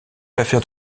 l’affaire